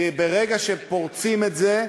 כי ברגע שפורצים את זה,